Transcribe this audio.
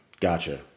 Gotcha